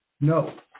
No